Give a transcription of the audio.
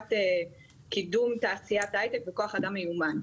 לטובת קידום תעשיית ההייטק וכוח אדם מיומן.